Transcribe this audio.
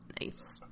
Nice